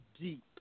deep